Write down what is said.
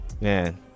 Man